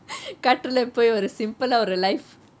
காட்டுல போய் ஒரு:kaathuleh poi oru simple ah ஒரு:oru life